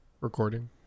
Recording